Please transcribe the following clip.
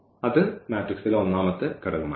അത് ഒന്നാമത്തെ ഘടകം ആയിരിക്കും